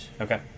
Okay